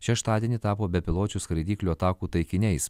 šeštadienį tapo bepiločių skraidyklių atakų taikiniais